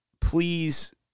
please